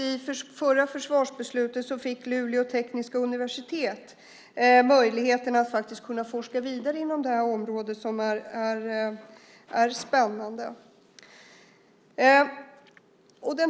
I förra försvarsbeslutet fick Luleå tekniska universitet möjligheten att forska vidare inom detta spännande område.